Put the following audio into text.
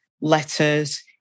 letters